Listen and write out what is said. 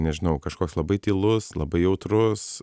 nežinau kažkoks labai tylus labai jautrus